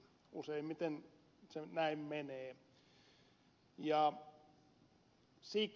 useimmiten se näin menee